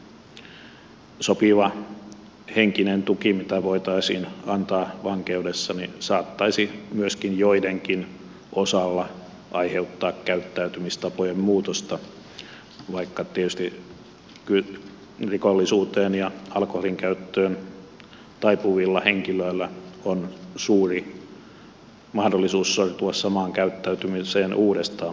sopiva henkinen tuki mitä voitaisiin antaa vankeudessa saattaisi myöskin joidenkin osalta aiheuttaa käyttäytymistapojen muutosta vaikka tietysti rikollisuuteen ja alkoholinkäyttöön taipuvilla henkilöillä on suuri mahdollisuus sortua samaan käyttäytymiseen uudestaan palattuaan tuttuun asuinympäristöön